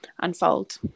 unfold